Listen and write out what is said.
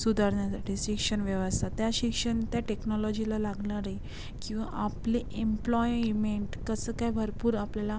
सुधारण्यासाठी शिक्षणव्यवस्था त्या शिक्षण त्या टेक्नोलॉजीला लागणारी किंवा आपले इम्प्लॉइमेंट कसं काय भरपूर आपल्याला